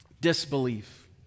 Disbelief